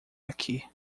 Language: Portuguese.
aqui